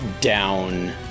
down